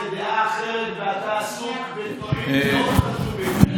זו דעה אחרת, ואתה עסוק בדברים מאוד חשובים.